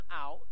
out